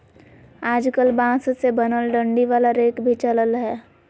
आजकल बांस से बनल डंडी वाला रेक भी चलल हय